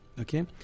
Okay